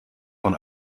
von